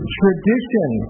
tradition